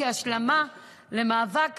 בין אם זה רז טחן ושלומית קלמנזון ורבות אחרות